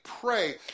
pray